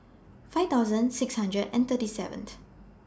five thousand six hundred and thirty seventh